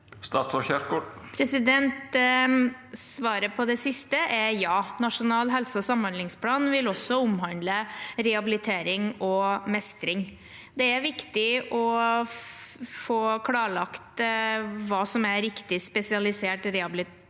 Svaret på det siste er ja. Nasjonal helse- og samhandlingsplan vil også omhandle rehabilitering og mestring. Det er viktig å få klarlagt hva som er riktig spesialisert rehabilitering,